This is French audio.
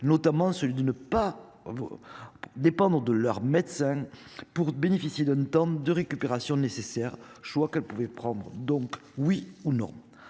notamment celui de ne pas. Dépendre de leur médecin pour bénéficier d'un temps de récupération nécessaires, je crois qu'elle pouvait prendre, donc oui ou non